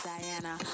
Diana